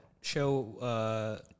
show